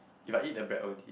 if I eat the bread already